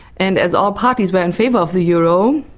and as all parties were in favour of the euro,